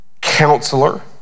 counselor